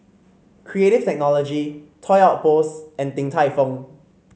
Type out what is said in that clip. Creative Technology Toy Outpost and Din Tai Fung